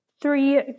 three